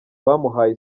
abamuhaye